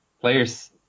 players